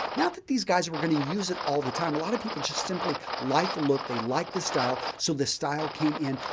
not that these guys were going to use it all the time, a lot of people just simply like the look, they like the style so the style came in.